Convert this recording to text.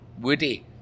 Woody